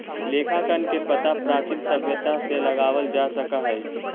लेखांकन के पता प्राचीन सभ्यता से लगावल जा सकऽ हई